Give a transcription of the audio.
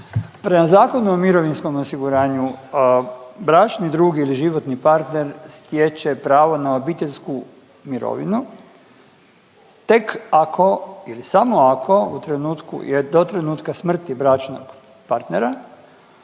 Prema Zakonu o mirovinskom osiguranju, bračni drug ili životni partner stječe pravo na obiteljsku mirovinu tek ako ili samo ako u trenutku, do trenutka smrti bračnog partnera,